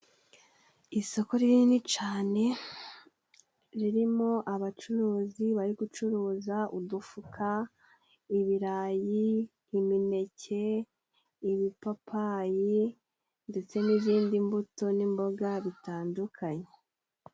Isoko rinini cane ririmo abacuruzi bari gucuruza:udufuka, ibirayi ,imineke, ibipapayi ndetse n'izindi mbuto n'imboga bitandukanye.